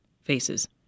faces